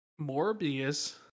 Morbius